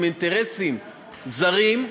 עם אינטרסים זרים,